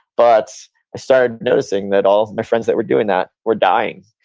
but i started noticing that all my friends that were doing that were dying.